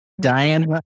Diane